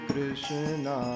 Krishna